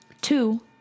two